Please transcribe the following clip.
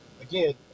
Again